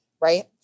Right